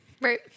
Right